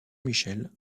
michel